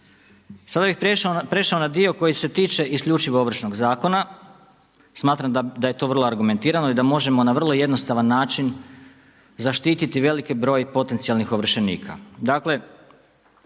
Sada bih prešao na dio koji se tiče isključivo Ovršnog zakona, smatram da je to vrlo argumentirani i da možemo na vrlo jednostavan način zaštiti veliki broj potencijalnih ovršenika.